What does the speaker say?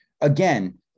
again